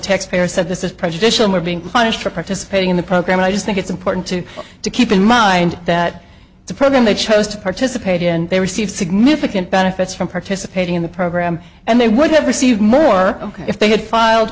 taxpayer said this is prejudicial we're being punished for participating in the program and i just think it's important to to keep in mind that the program they chose to participate in and they receive significant benefits from participating in the program and they would have received more ok if they had filed